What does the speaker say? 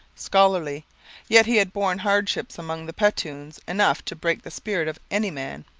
scholarly yet he had borne hardships among the petuns enough to break the spirit of any man.